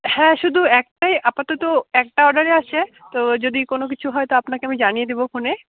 হ্যাঁ শুধু একটাই আপাতত একটা অর্ডারই আছে তো যদি কোনো কিছু হয় তো আপনাকে আমি জানিয়ে দেবো ফোনে